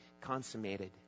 consummated